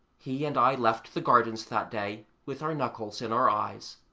he and i left the gardens that day with our knuckles in our eyes.